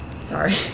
Sorry